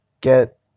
get